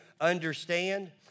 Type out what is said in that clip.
understand